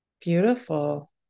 Beautiful